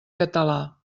català